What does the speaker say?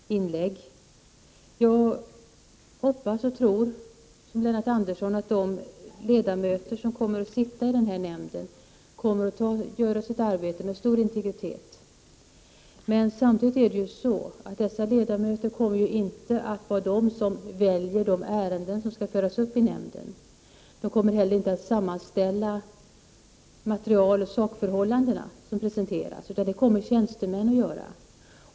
Herr talman! Jag tänkte säga några ord om aktiekontonämnden såsom svar på Lennart Anderssons inlägg. I likhet med Lennart Andersson tror jag att de ledamöter som kommer att arbeta i den här nämnden kommer att utföra sitt arbete med stor integritet. Samtidigt är det så att dessa ledamöter inte kommer att vara de som väljer de ärenden som skall föras upp i nämnden. De kommer heller inte att sammanställa de materialoch sakförhållanden som presenteras, utan det kommer tjänstemän att göra.